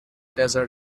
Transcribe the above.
desert